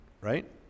Right